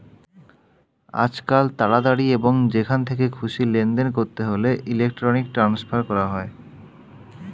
আজকাল তাড়াতাড়ি এবং যেখান থেকে খুশি লেনদেন করতে হলে ইলেক্ট্রনিক ট্রান্সফার করা হয়